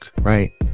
Right